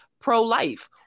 pro-life